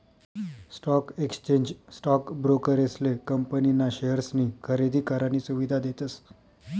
stock exchange stock ब्रोकरेसले company ना शेअर्सनी खरेदी करानी सुविधा देतस